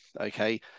okay